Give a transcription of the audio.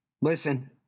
listen